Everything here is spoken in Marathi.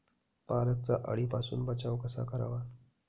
पालकचा अळीपासून बचाव कसा करावा?